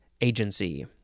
Agency